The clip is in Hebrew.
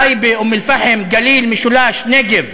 טייבה, אום-אלפחם, הגליל, המשולש, הנגב,